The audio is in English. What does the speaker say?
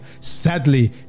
Sadly